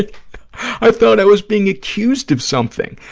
ah i thought i was being accused of something.